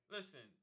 Listen